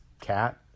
Cat